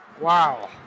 Wow